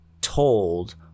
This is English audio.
told